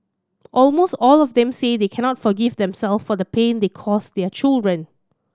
almost all of them say they cannot forgive them self for the pain they cause their children